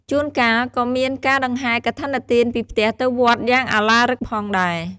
ជួនកាលក៏មានការដង្ហែរកឋិនទានពីផ្ទះទៅវត្តយ៉ាងឱឡារិកផងដែរ។